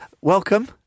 Welcome